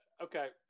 okay